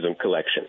collection